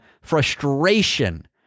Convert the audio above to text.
frustration